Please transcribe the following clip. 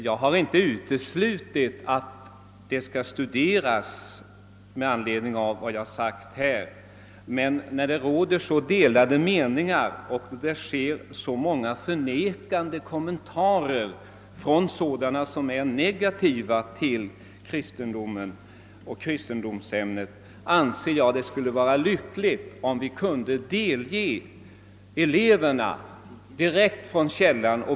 Jag har inte uteslutit att det skall användas sådana studiemetoder som herr Arvidson talat om, men när det råder så delade meningar och ges så många kommentarer från sådana som är negativa till kristendomen och kristendomsämnet, anser jag att det skulle vara lyckligt om man även kunde delge eleverna materialet direkt från källan.